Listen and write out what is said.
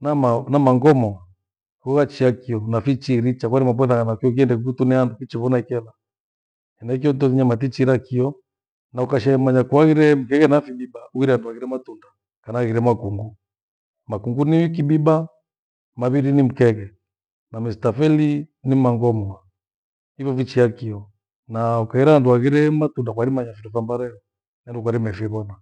Na mangomo wachia kio nafichiiricha kwerima kwerima potha kana kio kiende kuo kinieandu kichivona ekieala. Henaichio tothi nyama tichirakio na ukashehe manya kuaghire mkhege na fibiba bughire handu hagrire matunda kana ighire makungu. Makungu ni kibiba na maphiri ni mkhege na mistafeli ni maghomo, hivyo vichia kiyo. Na kughera wandu wavire matunda kwairima wanya vindo vya mbare yarughwari mephivona.